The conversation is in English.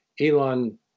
Elon